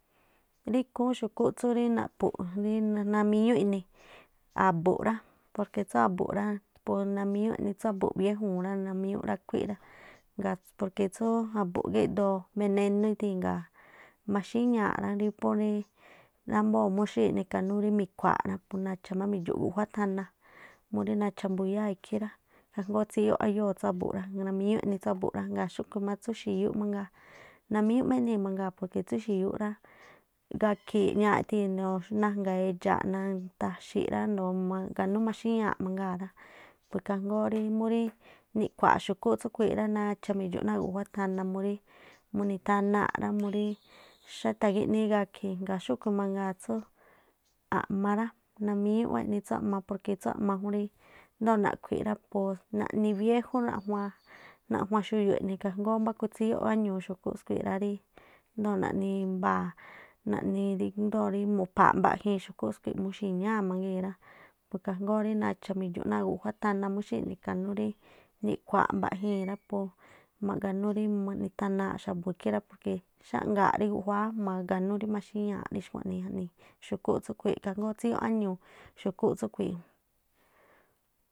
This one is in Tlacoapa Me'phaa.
Rí ikhúún xu̱kú tsú rí naꞌphu̱ namíñúꞌ ini̱ a̱bu̱nꞌ rá porque tsú a̱bu̱nꞌ rá pú namíñú eꞌni tsú a̱bu̱nꞌ biéjuu̱n rá, namímíñúꞌ rákhuí rá, porque tsú a̱bu̱nꞌ gídoo benénú ithii̱n ngaa̱ maxíñaa̱ꞌ rá rí pó rii námboo̱ mu xí nikanú rí miꞌkhua̱a̱ rá pú nadxa̱ má mi̱dxu̱ꞌ guajuá thana murí nacha mbuyáa̱ ikhí rá, ajngóó tsíyóꞌ áyóo̱ tsú a̱bu̱n rá, namiñúꞌ eꞌni tsú abu̱nꞌ rá. Ngaa̱ xúꞌkhui̱ máa tsú xi̱yúꞌ mangaa, namíñúꞌ má eꞌnii̱ mangaa̱ porque tsú xi̱yúꞌ rá gakhi̱i̱ eꞌñaaꞌ najga̱a̱ edxa̱a̱ꞌ naataxiꞌrá maꞌganú maxíñáa̱ꞌ rá, pu ikhaa jngóó rí murí nikhua̱a̱ꞌ xu̱kúꞌ tsúꞌkhui̱ rá, nadxa̱ midxu̱ꞌ náa̱ guꞌjuá thana murí munithanaa̱ rá murí xátha̱gíꞌnii gakhi̱i̱. Jngaa̱ xúꞌkhu̱ mangaa tsú a̱ꞌma rá, namíñúꞌ wáa̱ eꞌni tsú a̱ꞌma porque tsú jún rí ndoo̱ naꞌkhui̱ rá pu naꞌni biéjú naꞌjuaan, naꞌjuan xuyu̱ꞌ eꞌni ikhaa jngóó mbáku tsíyóꞌ áñuu̱ xu̱kú skhui̱ rá ríí ndoo̱ naꞌni mbaa̱ naꞌni ndoo̱ rí mu̱pha̱a̱ mbaꞌjiin xu̱kúꞌ muxi̱ñáa̱ mangii̱n rá, ikhaa jngóó rí nacha̱ mi̱dxu̱ náa̱ guꞌjuá thana muxíi̱ꞌ nika̱nú rí niꞌkhua̱a̱ꞌ mbaꞌjii̱n rá pú ma̱ꞌganú rí ma̱ꞌganí rí ma̱ꞌni̱ thana xa̱bu̱ khí rá, xánga̱a̱ꞌ rí guꞌjuáá maganiú rí maxíñáa̱ áꞌni khuaꞌnii jaꞌnii xu̱kú tsúꞌkhui̱ ikhaa jngóó tsíyóꞌ áñuu̱ xu̱kúꞌ tsúꞌkhui̱.